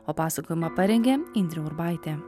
o pasakojimą parengė indrė urbaitė